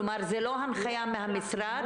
כלומר, זה לא הנחיה מהמשרד?